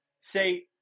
say